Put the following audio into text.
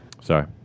Sorry